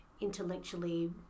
intellectually